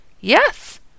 yes